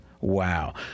Wow